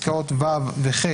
פסקאות (ו) ו-(י),